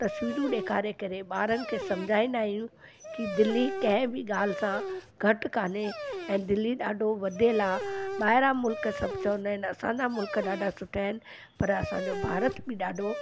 तस्वीरूं ॾेखारे करे ॿारनि खे सम्झाईंदा आहियूं की दिल्ली कंहिं बि ॻाल्हि सां घटि कोन्हे ऐं दिल्ली ॾाढो वधियलु आहे ॿाहिरा मुल्क़ सभु चवंदा आहिनि असांजा मुल्क़ ॾाढा सुठा आहिनि पर असांजो भारत बि ॾाढो